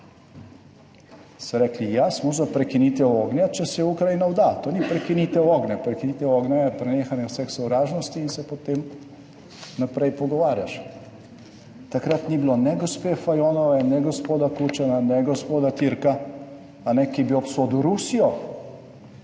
So rekli, ja, smo za prekinitev ognja, če se Ukrajina vda. To ni prekinitev ognja. Prekinitev ognja je prenehanje vseh sovražnosti in se potem naprej pogovarjaš. Takrat ni bilo ne gospe Fajonove, ne gospoda Kučana, ne gospoda Türka, ki bi obsodil Rusijo,